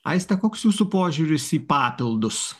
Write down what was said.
aiste koks jūsų požiūris į papildus